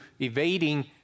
evading